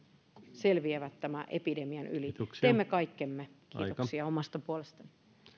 selviävät tämän epidemian yli teemme kaikkemme kiitoksia omasta puolestani